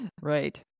Right